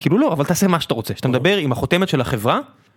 כאילו לא, אבל תעשה מה שאתה רוצה, כשאתה מדבר עם החותמת של החברה.